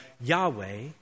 Yahweh